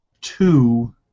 two